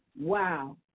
wow